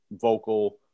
vocal